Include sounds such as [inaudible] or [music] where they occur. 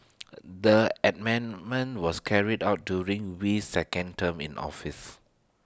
[noise] the [unintelligible] was carried out during Wee's second term in office